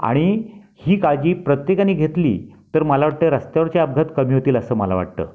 आणि ही काळजी प्रत्येकाने घेतली तर मला वाटतं रस्त्यावरचे अपघात कमी होतील असं मला वाटतं